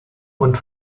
und